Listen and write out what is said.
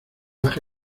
baja